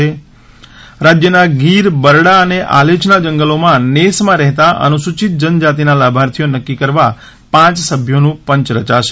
ત રાજ્યના ગીર બરડા અને આલેચના જંગલોમાં નેસમાં રહેતા અનુસૂચિત જનજાતિના લાભાર્થીઓ નક્કી કરવા પાંચ સભ્યોનું પંચ રચાશે